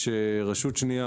יש רשות שנייה,